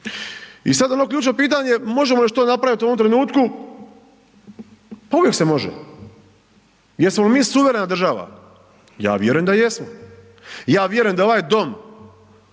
I sad ono ključno pitanje možemo li još to napraviti u ovom trenutku, pa uvijek se može, jesmo li mi suverena država, ja vjerujem da jesmo, ja vjerujem da ovaj dom